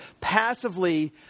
passively